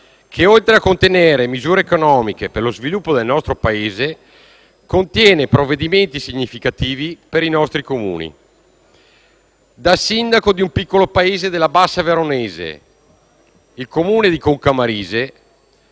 che oltre a contenere misure economiche per lo sviluppo del nostro Paese, contiene provvedimenti significativi per i nostri Comuni. Da sindaco di un piccolo paese della bassa veronese, il Comune di Concamarise,